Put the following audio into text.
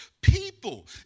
people